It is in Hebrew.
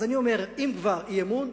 אז אני אומר: אם כבר אי-אמון,